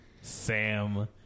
Sam